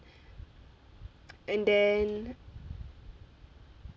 and then